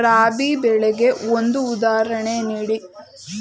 ರಾಬಿ ಬೆಳೆಗೆ ಒಂದು ಉದಾಹರಣೆ ನೀಡಿ